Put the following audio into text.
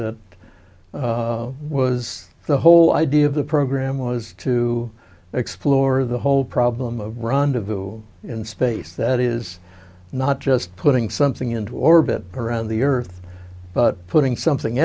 it was the whole idea of the program was to explore the whole problem of rendezvous in space that is not just putting something into orbit around the earth but putting something